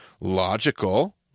logical